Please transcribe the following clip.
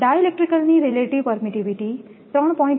ડાઇલેક્ટ્રિકની relative permittivity 3